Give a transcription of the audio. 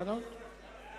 ההצעה להעביר את הצעת